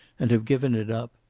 and have given it up.